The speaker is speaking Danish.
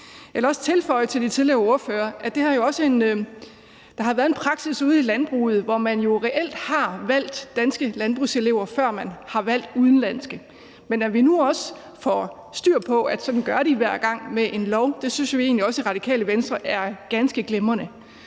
Jeg vil også tilføje til de tidligere ordførere, at der har været en praksis ude i landbruget, hvor man jo reelt har valgt danske landbrugselever, før man har valgt udenlandske, men at vi nu også med en lov får styr på, at de gør sådan hver gang, synes vi egentlig også i Radikale Venstre er ganske glimrende.